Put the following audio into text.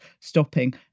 stopping